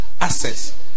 access